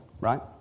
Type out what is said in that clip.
right